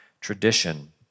tradition